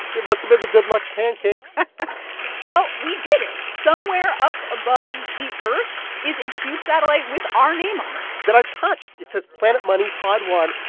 it must have been the good-luck pancakes well, we did it. somewhere up above the earth is a cube satellite with our name on it that i've touched. it says planet money pod one.